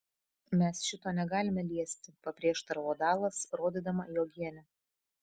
mes šito negalime liesti paprieštaravo dalas rodydama į uogienę